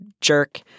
jerk